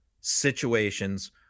situations